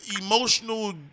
emotional